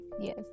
Yes